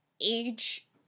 age